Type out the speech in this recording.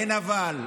אין "אבל".